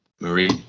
Marie